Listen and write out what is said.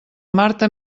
marta